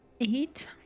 Eight